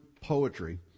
poetry